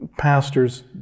Pastors